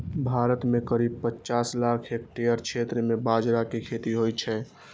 भारत मे करीब पचासी लाख हेक्टेयर क्षेत्र मे बाजरा के खेती होइ छै